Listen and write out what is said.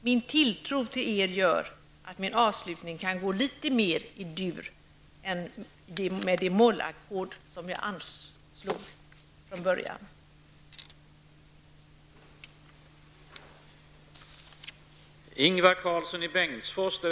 Min tilltro till er gör att min avslutning kan gå litet mer i dur än vad de mollackord som jag anslog i början gjorde.